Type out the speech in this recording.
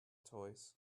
toys